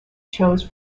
chose